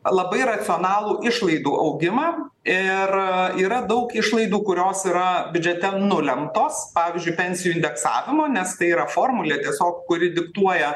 labai racionalų išlaidų augimą ir yra daug išlaidų kurios yra biudžete nulemtos pavyzdžiui pensijų indeksavimo nes tai yra formulė tiesiog kuri diktuoja